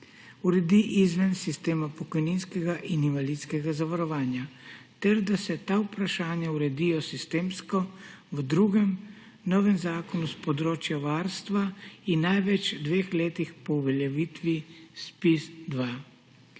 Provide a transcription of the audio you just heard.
uredi izven sistema pokojninskega in invalidskega zavarovanja ter da se ta vprašanja uredijo sistemsko v drugem, novem zakonu s področja varstva in največ v dveh letih po uveljavitvi ZPIZ-2.